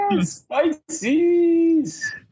Spices